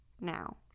now